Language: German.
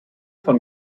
von